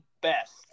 best